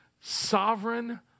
Sovereign